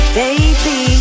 baby